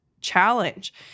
challenge